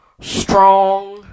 strong